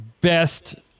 best